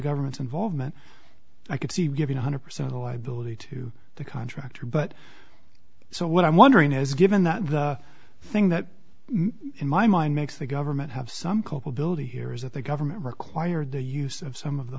government's involvement i could see giving one hundred percent a liability to the contractor but so what i'm wondering is given that the thing that in my mind makes the government have some culpability here is that the government required the use of some of the